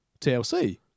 TLC